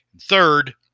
Third